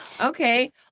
Okay